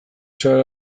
zahar